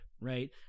right